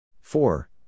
Four